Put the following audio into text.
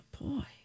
boy